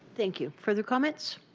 thank you. for the comments?